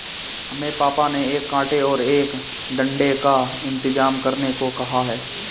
हमें पापा ने एक कांटे और एक डंडे का इंतजाम करने को कहा है